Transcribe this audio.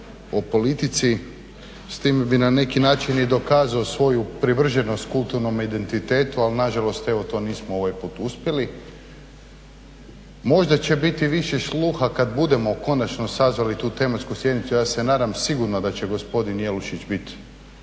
o politici. S time bih na neki način i dokazao svoju privrženost kulturnom identitetu ali nažalost evo to nismo ovaj put uspjeli. Možda će biti više sluha kad budemo konačno sazvali tu tematsku sjednicu. Ja se nadam da će sigurno gospodin Jelušić